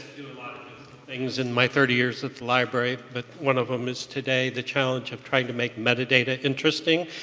lot of things in my thirty years at the library. but one of them is today the challenge of trying to make metadata interesting,